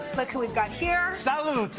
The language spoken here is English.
look who we've got here. salud.